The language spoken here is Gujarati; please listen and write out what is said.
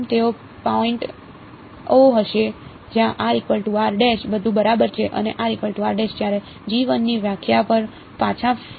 તેઓ પોઈન્ટ ઓ હશે જ્યાં બધું બરાબર છે અને જ્યારે ની વ્યાખ્યા પર પાછા ફરો